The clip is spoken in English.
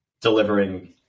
delivering